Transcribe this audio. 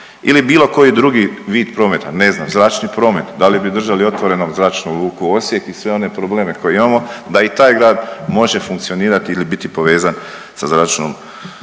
ili bilo koji drugi vid prometa, ne znam, zračni promet, da li bi držali otvorenu Zračnu luku Osijek i sve one probleme koje imamo da i taj grad može funkcionirati ili biti povezan sa zračnom